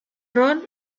rol